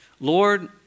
Lord